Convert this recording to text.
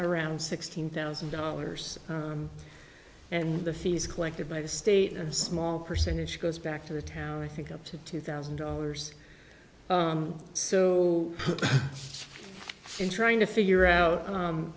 around sixteen thousand dollars and the fees collected by the state a small percentage goes back to the town i think up to two thousand dollars so in trying to figure out